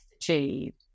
achieved